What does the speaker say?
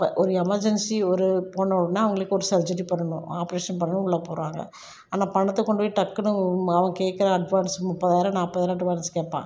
இப்போ ஒரு எமர்ஜென்சி ஒரு ஒன்றுன்னா அவங்களுக்கு ஒரு சர்ஜரி பண்ணணும் ஆப்ரேஷன் பண்ணணும் உள்ளே போகிறாங்க ஆனால் பணத்தை கொண்டு போய் டக்குனு அவன் கேக்கிற அட்வான்ஸ் முப்பதாயிரம் நாற்பதாயிரம் அட்வான்ஸ் கேட்பான்